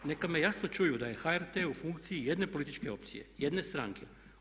Neka me jasno čuju da je HRT u funkciji jedne političke opcije, jedne stranke.